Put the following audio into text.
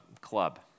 club